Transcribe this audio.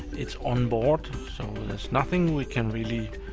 it's onboard, so there's nothing we can really,